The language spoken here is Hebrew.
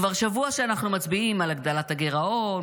כבר שבוע שאנחנו מצביעים על הגדלת הגירעון,